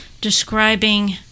describing